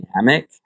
dynamic